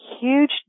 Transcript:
huge